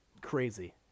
crazy